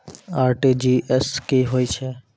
RTGS की होय छै?